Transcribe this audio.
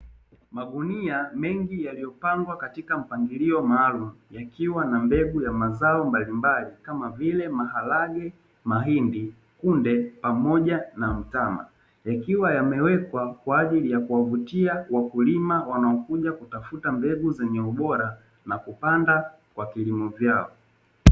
Magunia mengi yaliopangwa katika mpangilio maalumu. Yakiwa na mbegu ya mazao mbalimbali kama vile; maharage, mahindi, kunde pamoja na mtama. Yakiwa yamewekwa kwaajili ya kuwavutia wakulima wanaokuja kutafuta mbegu zenye ubora na kupanda kwa kilimo vyao.